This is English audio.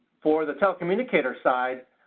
for the telecommunicator side,